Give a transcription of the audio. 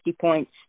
points